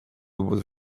was